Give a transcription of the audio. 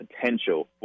potential